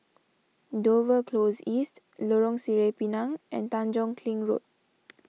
Dover Close East Lorong Sireh Pinang and Tanjong Kling Road